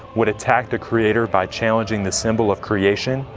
would attack the creator by challenging the symbol of creation,